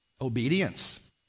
Obedience